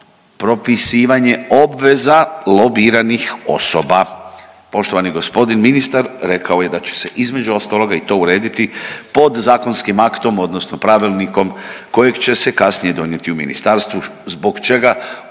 propisivanje obveza lobiranih osoba. Poštovani gospodin ministar rekao je da će se između ostaloga i to urediti podzakonskim aktom, odnosno pravilnikom kojeg će se kasnije donijeti u ministarstvu zbog čega